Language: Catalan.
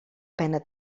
pena